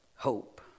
Hope